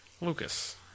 Lucas